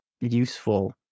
useful